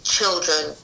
children